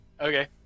Okay